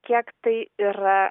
kiek tai yra